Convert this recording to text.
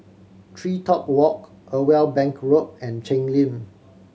TreeTop Walk Irwell Bank Road and Cheng Lim